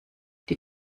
die